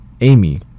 Amy